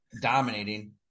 Dominating